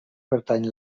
pertany